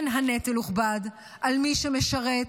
כן, הנטל הוכבד על מי שמשרת,